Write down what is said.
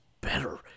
better